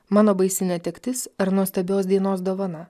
mano baisi netektis ar nuostabios dienos dovana